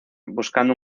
buscando